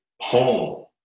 Home